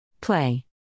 Play